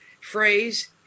phrase